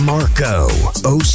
Marco